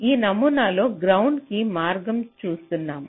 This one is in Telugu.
ఈ నమూనాలో గ్రౌండ్ కి మార్గం చూస్తున్నాను